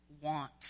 want